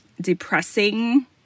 depressing